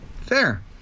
Fair